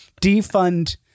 defund